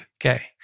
okay